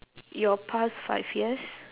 your past five years